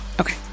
Okay